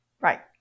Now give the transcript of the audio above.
Right